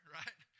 right